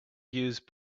use